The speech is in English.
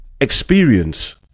experience